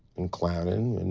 and clowning,